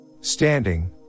Standing